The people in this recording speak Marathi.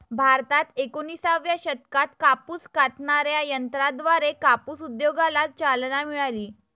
भारतात एकोणिसाव्या शतकात कापूस कातणाऱ्या यंत्राद्वारे कापूस उद्योगाला चालना मिळाली